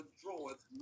draweth